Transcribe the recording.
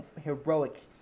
heroic